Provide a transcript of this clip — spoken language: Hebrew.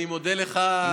אני מודה לך,